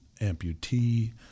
amputee